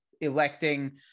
electing